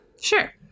Sure